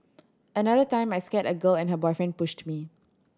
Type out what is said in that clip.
another time I scared a girl and her boyfriend pushed me